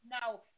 now